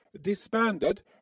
disbanded